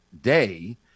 day